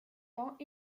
temps